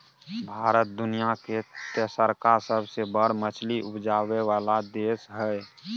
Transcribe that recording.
भारत दुनिया के तेसरका सबसे बड़ मछली उपजाबै वाला देश हय